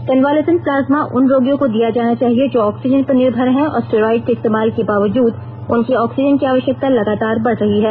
convalescent plasma उन रोगियों को दिया जाना चाहिए जो ऑक्सीजन पर निर्भर हैं और स्टेरॉयड के इस्तेमाल के बावजूद उनकी ऑक्सीजन की आवश्यकता लगातार बढ़ रही है